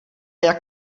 jak